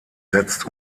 setzt